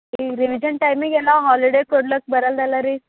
ಈಗ ರಿವಿಜನ್ ಟೈಮಿಗೆಲ್ಲ ಹಾಲಿಡೇ ಕೊಡಕ್ ಬರಲ್ಲಲ ರೀ